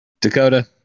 Dakota